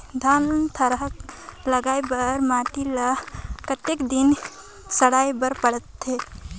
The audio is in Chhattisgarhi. धान थरहा लगाय बर माटी ल कतेक दिन सड़ाय बर लगथे?